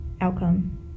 outcome